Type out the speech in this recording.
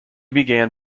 began